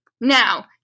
Now